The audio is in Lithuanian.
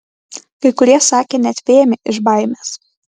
kai kurie sakė net vėmę iš baimės